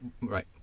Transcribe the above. Right